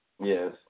Yes